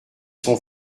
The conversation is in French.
son